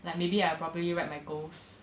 like maybe I properly write my goals